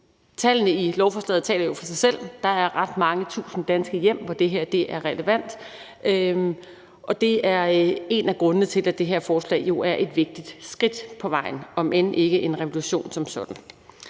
Tallene i lovforslaget taler jo for sig selv. Der er mange tusind danske hjem, hvor det her er relevant, og det er en af grundene til, at det her forslag jo er et vigtigt skridt på vejen, om end ikke en revolution som sådan.